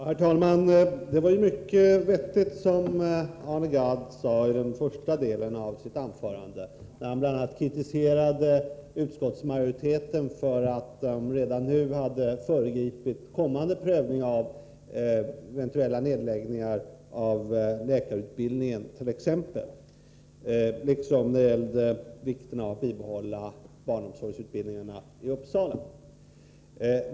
Herr talman! Arne Gadd sade ju mycket vettigt i den första delen av sitt anförande, där han bl.a. kritiserade utskottsmajoriteten för att den redan nu hade föregripit en kommande prövning av eventuella nedläggningar av t.ex. läkarutbildningen. Han framhöll också vikten av att bibehålla barnomsorgsutbildningarna i Uppsala.